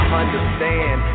understand